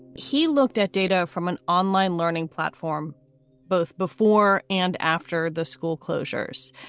he looked at data from an online learning platform both before and after the school closures.